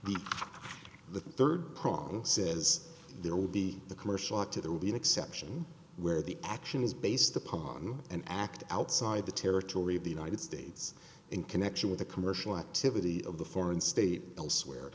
the the third prong says there will be the commercial out to there will be an exception where the action is based upon an act outside the territory of the united states in connection with the commercial activity of the foreign state elsewhere